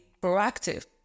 proactive